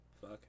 fuck